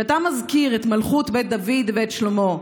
כשאתה מזכיר את מלכות בית דוד ואת שלמה,